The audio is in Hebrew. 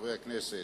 חברי הכנסת,